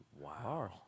wow